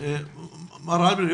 מר הלפרין,